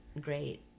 great